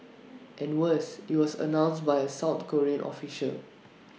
and worse IT was announced by A south Korean official